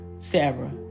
Sarah